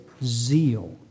Zeal